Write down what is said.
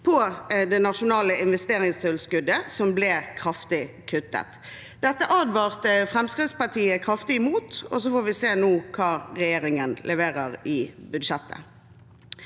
på det nasjonale investeringstilskuddet, som ble kraftig kuttet. Dette advarte Fremskrittspartiet kraftig imot, og så får vi nå se hva regjeringen leverer i budsjettet.